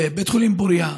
בבית חולים פוריה,